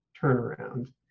turnaround